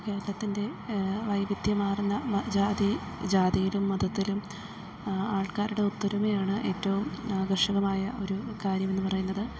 കേരളത്തിൻ്റെ വൈവിധ്യമാർന്ന ജാതി ജാതിയിലും മതത്തിലും ആൾക്കാരുടെ ഒത്തൊരുമയാണ് ഏറ്റവും ആകർഷകമായ ഒരു കാര്യമെന്ന് പറയുന്നത്